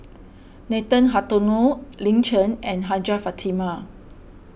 Nathan Hartono Lin Chen and Hajjah Fatimah